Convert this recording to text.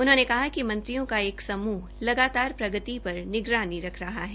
उन्होंने कहा कि मंत्रियों का एक समूह लगातार प्रगति पर निगरानी रख रहा है